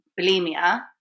bulimia